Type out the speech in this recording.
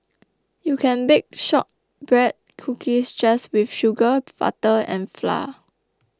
you can bake Shortbread Cookies just with sugar butter and flour